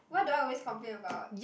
what do I always complain about